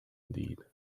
indeed